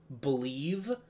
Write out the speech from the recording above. believe